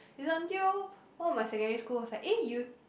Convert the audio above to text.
it's until one of my secondary school was like eh you